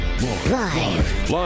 Live